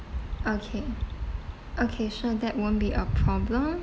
okay okay sure that won't be a problem